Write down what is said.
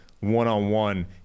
one-on-one